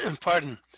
pardon